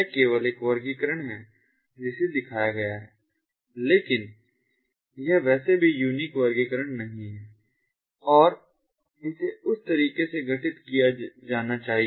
तो यह केवल एक वर्गीकरण है जिसे दिखाया गया है लेकिन यह वैसे भी यूनिक वर्गीकरण नहीं है और इसे उसी तरीके से गठित किया जाना चाहिए